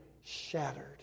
shattered